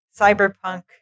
cyberpunk